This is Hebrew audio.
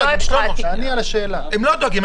אני אענה לך, הם לא דואגים.